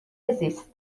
زیست